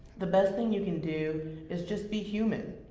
the best thing you can do is just be human.